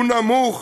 והוא נמוך